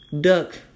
duck